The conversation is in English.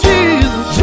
Jesus